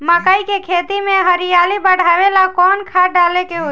मकई के खेती में हरियाली बढ़ावेला कवन खाद डाले के होई?